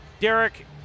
Derek